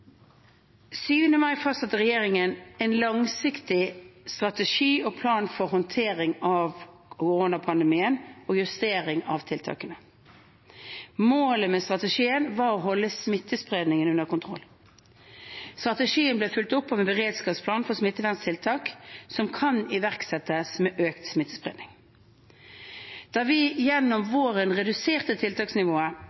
mai fastsatte regjeringen en langsiktig strategi og plan for håndtering av koronapandemien og justering av tiltakene. Målet med strategien var å holde smittespredningen under kontroll. Strategien ble fulgt opp med en beredskapsplan for smitteverntiltak som kan iverksettes ved økt smittespredning. Da vi gjennom